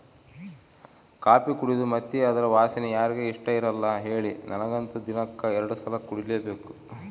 coffee ಕುಡೇದು ಮತ್ತೆ ಅದರ ವಾಸನೆ ಯಾರಿಗೆ ಇಷ್ಟಇರಲ್ಲ ಹೇಳಿ ನನಗಂತೂ ದಿನಕ್ಕ ಎರಡು ಸಲ ಕುಡಿಲೇಬೇಕು